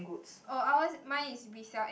orh ours mine is we sell antiques